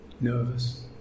nervous